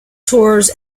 tours